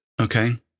Okay